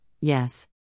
yes